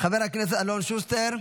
חבר הכנסת אלון שוסטר,